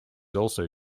also